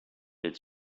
its